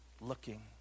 looking